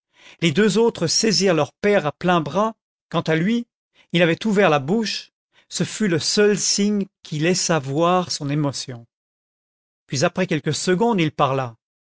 les deux autres saisirent leur père à pleins bras quant à lui il avait ouvert la bouche ce fut le seul signe qui laissa voir son émotion puis après quelques secondes il parla